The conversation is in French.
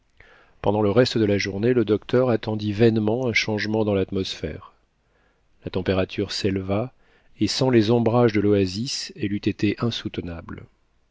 pendant le reste de la journée le docteur attendit vainement un changement dans l'atmosphère la température s'éleva et sans les ombrages de l'oasis elle eut été insoutenable